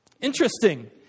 Interesting